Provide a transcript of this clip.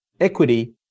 equity